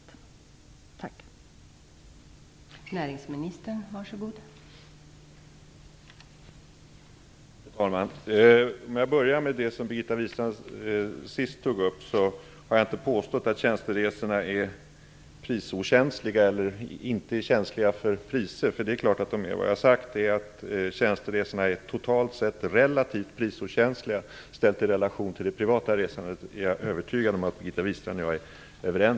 Tack.